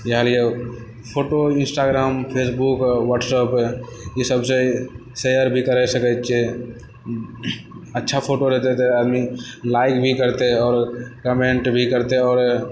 इएह लिए photo Instagram Facebook आओर व्हाट्सएप ई सबसंँ शेयर भी करि सकै छियै अच्छा फोटो रहतै तऽ आदमी लाइक भी करते आउर कमेन्ट भी करते आउर